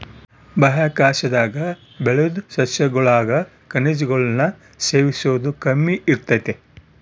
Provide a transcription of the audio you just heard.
ಬಾಹ್ಯಾಕಾಶದಾಗ ಬೆಳುದ್ ಸಸ್ಯಗುಳಾಗ ಖನಿಜಗುಳ್ನ ಸೇವಿಸೋದು ಕಮ್ಮಿ ಇರ್ತತೆ